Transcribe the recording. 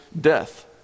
death